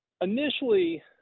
Initially